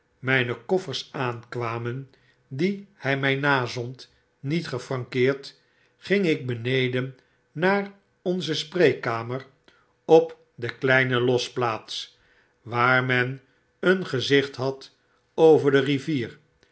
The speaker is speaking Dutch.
mijne koffers aankwamen die hij mij nazond niet gefrankeerd ging ik beneden naar onze spreekkamer op de kleine losplaats waar men een gezicht had over de rivier